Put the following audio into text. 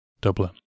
Dublin